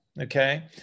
Okay